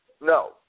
No